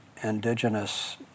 Indigenous